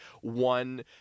one